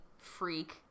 freak